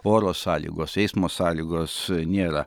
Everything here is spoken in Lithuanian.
oro sąlygos eismo sąlygos nėra